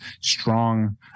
strong